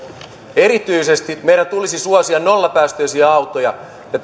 erityisesti meidän tulisi suosia nollapäästöisiä autoja ja